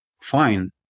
fine